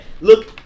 look